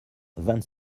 vingt